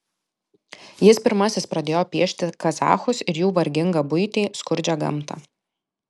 jis pirmasis pradėjo piešti kazachus ir jų vargingą buitį skurdžią gamtą